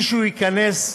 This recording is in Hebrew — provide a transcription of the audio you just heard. מישהו ייכנס,